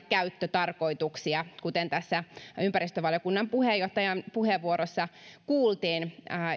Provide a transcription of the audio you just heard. käyttötarkoituksia kuten tässä ympäristövaliokunnan puheenjohtajan puheenvuorossa kuultiin